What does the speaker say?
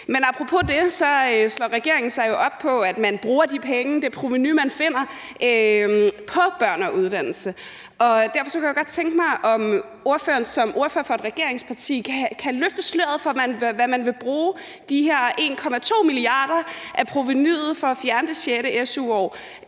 Men apropos det slår regeringen sig jo op på, at man bruger de penge, det provenu, man finder, på børn og uddannelse, og derfor kunne jeg godt tænke mig at høre, om ordføreren som ordfører for et regeringsparti kan løfte sløret for, hvad man vil bruge de her 1,2 mia. kr. af provenuet for at fjerne det sjette